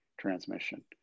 transmission